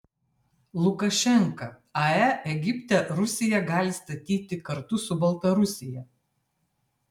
lukašenka ae egipte rusija gali statyti kartu su baltarusija